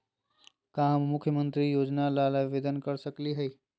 का हम मुख्यमंत्री योजना ला आवेदन कर सकली हई?